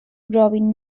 growing